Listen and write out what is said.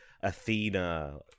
Athena